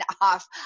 off